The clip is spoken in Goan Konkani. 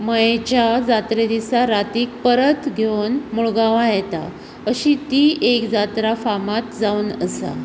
मयेच्या जात्रे दिसा रातीक परत घेवन मुळगांवा येता अशी ती एक जात्रा फामाद जावन आसा